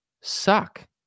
suck